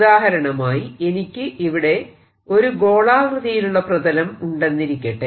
ഉദാഹരണമായി എനിക്ക് ഇവിടെ ഒരു ഗോളാകൃതിയിലുള്ള പ്രതലം ഉണ്ടെന്നിരിക്കട്ടെ